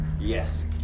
Yes